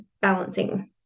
balancing